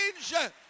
change